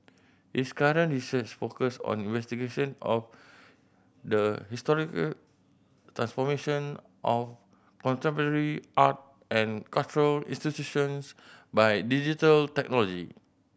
his current research focuse on investigation of the historical transformation of contemporary art and cultural institutions by digital technology